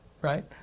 right